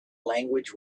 language